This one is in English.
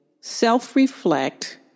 self-reflect